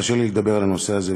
קשה לי לדבר על הנושא הזה,